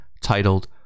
titled